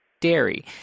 dairy